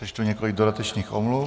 Ještě několik dodatečných omluv.